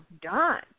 done